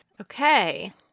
Okay